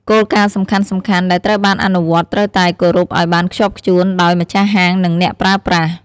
គោលការណ៍សំខាន់ៗ ដែលត្រូវបានអនុវត្ត ត្រូវតែ គោរពឱ្យបានខ្ជាប់ខ្ជួន ដោយ ម្ចាស់ហាង និង អ្នកប្រើប្រាស់។